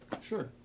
Sure